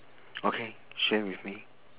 okay share with me